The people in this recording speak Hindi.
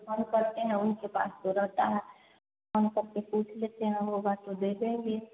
फ़ोन करते हैं उनके पास तो रहता है फ़ोन करके पूछ लेते हैं होगा तो दे देंगे